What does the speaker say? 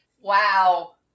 wow